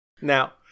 Now